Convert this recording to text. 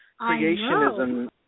creationism